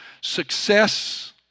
Success